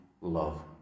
love